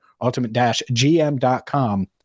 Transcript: ultimate-gm.com